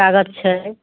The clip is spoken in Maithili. कागज छै